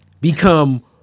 become